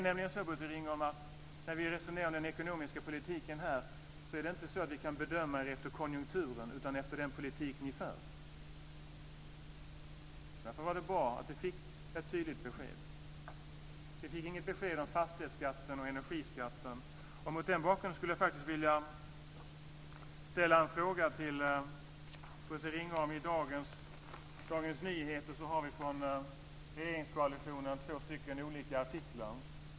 När vi resonerar om den ekonomiska politiken här, Bosse Ringholm, är det inte så att vi kan bedöma er efter konjunkturen utan efter den politik ni för. Därför var det bra att vi fick ett tydligt besked. Vi fick inget besked om fastighetsskatten och energiskatten. Mot den bakgrunden skulle jag faktiskt vilja ställa en fråga till Bosse Ringholm. I dagens Dagens Nyheter finns det två olika artiklar från regeringskoalitionen.